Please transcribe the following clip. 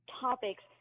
topics